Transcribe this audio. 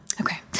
Okay